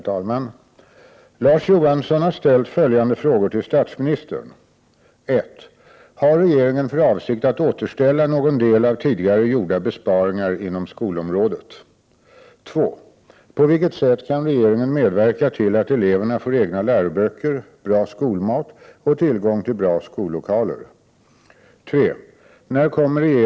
Herr talman! Larz Johansson har ställt följande frågor till statsministern: 1. Har regeringen för avsikt att återställa någon del av tidigare gjorda besparingar inom skolområdet? 2. På vilket sätt kan regeringen medverka till att eleverna får egna läroböcker, bra skolmat och tillgång till bra skollokaler?